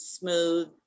smooth